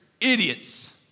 idiots